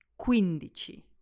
quindici